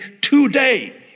today